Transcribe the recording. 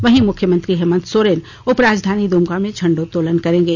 वहीं मुख्यमंत्री हेमंत सोरेन उपराजधानी दुमका में झंडोत्तोलन करेंगे